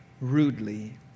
rudely